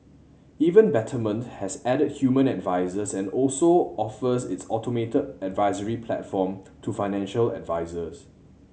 even Betterment has added human advisers and also offers its automated advisory platform to financial advisers